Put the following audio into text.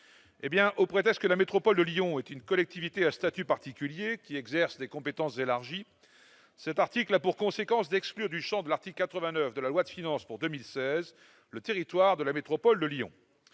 au prétexte que la métropole de Lyon est une collectivité à statut particulier qui exerce des compétences d'élargie, cet article a pour conséquence d'exclure du Champ de l'article 89 de la loi de finances pour 2016, le territoire de la métropole de Lyon,